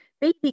baby